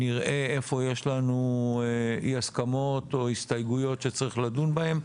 נראה איפה יש לנו אי הסכמות או הסתייגויות שצריך לדון בהם.